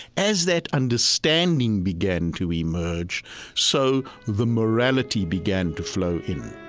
as that understanding began to emerge so the morality began to flow in